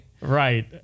right